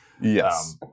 Yes